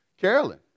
Carolyn